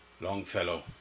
Longfellow